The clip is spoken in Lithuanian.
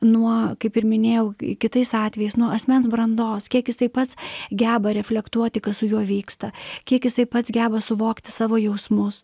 nuo kaip ir minėjau kitais atvejais nuo asmens brandos kiek jisai pats geba reflektuoti kas su juo vyksta kiek jisai pats geba suvokti savo jausmus